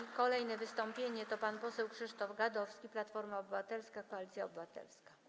I kolejne wystąpienie - pan poseł Krzysztof Gadowski, Platforma Obywatelska - Koalicja Obywatelska.